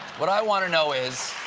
what i want to know is